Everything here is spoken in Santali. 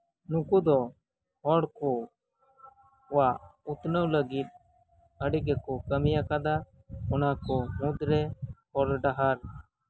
ᱱᱩᱠᱩᱫᱚ ᱦᱚᱲᱠᱚ ᱠᱚᱣᱟᱜ ᱩᱛᱷᱱᱟᱹᱣ ᱞᱟᱹᱜᱤᱫ ᱟᱹᱰᱤᱜᱮᱠᱚ ᱠᱟᱹᱢᱤᱭᱟᱠᱟᱫᱟ ᱚᱱᱟᱠᱚ ᱢᱩᱫᱽ ᱨᱮ ᱦᱚᱨ ᱰᱟᱦᱟᱨ